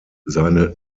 seine